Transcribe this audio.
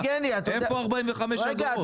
איפה 45 האגורות האלה?